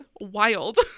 wild